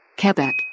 Quebec